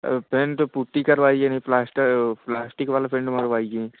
आ paint putty करवाइए नहीं plaster plastic वाला पेंट मरवाइए